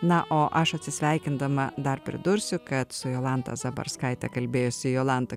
na o aš atsisveikindama dar pridursiu kad su jolanta zabarskaite kalbėjosi jolanta